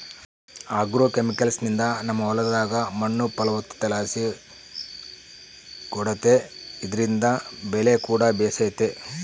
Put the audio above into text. ಆಗ್ರೋಕೆಮಿಕಲ್ಸ್ನಿಂದ ನಮ್ಮ ಹೊಲದಾಗ ಮಣ್ಣು ಫಲವತ್ತತೆಲಾಸಿ ಕೂಡೆತೆ ಇದ್ರಿಂದ ಬೆಲೆಕೂಡ ಬೇಸೆತೆ